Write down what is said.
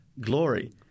glory